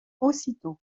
aussitôt